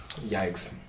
Yikes